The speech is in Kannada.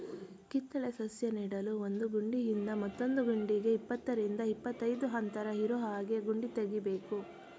ಕಿತ್ತಳೆ ಸಸ್ಯ ನೆಡಲು ಒಂದು ಗುಂಡಿಯಿಂದ ಮತ್ತೊಂದು ಗುಂಡಿಗೆ ಇಪ್ಪತ್ತರಿಂದ ಇಪ್ಪತ್ತೈದು ಅಂತರ ಇರೋಹಾಗೆ ಗುಂಡಿ ತೆಗಿಬೇಕು